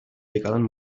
legalen